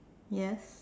yes